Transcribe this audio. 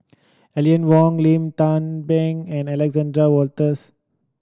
Wong Lim Tze Peng and Alexander Wolters